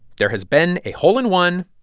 there has been a hole in one.